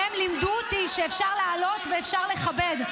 הם לימדו אותי שאפשר לעלות ואפשר לכבד.